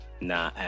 nah